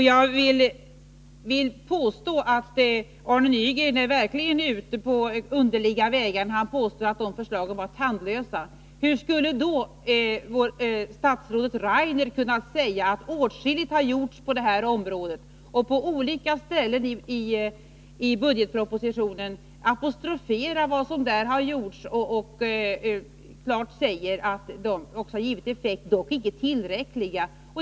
Jag vill påstå att Arne Nygren verkligen är ute på underliga vägar när han påstår att de förslagen var tandlösa. Hur skulle då statsrådet Rainer ha kunnat säga att åtskilligt gjorts på det här området och på olika ställen i budgetpropositionen apostroferat vad som har gjorts. Han säger klart att det också har givit effekt, dock icke tillräcklig.